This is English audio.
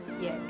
Yes